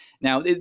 Now